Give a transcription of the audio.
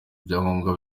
ibyangombwa